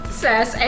says